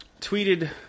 tweeted